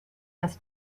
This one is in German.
das